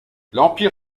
l’empire